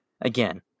Again